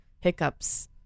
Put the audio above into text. hiccups